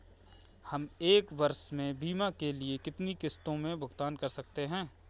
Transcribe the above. हम एक वर्ष में बीमा के लिए कितनी किश्तों में भुगतान कर सकते हैं?